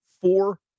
four